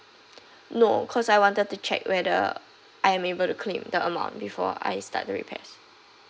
no cause I wanted to check whether I am able to claim the amount before I start the repairs